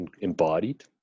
embodied